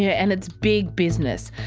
yeah and it's big business.